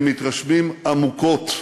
הם מתרשמים עמוקות,